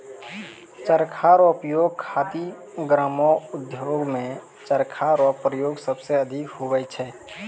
चरखा रो उपयोग खादी ग्रामो उद्योग मे चरखा रो प्रयोग सबसे अधिक हुवै छै